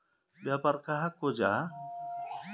व्यापार कहाक को जाहा?